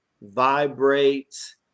vibrates